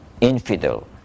infidel